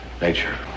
nature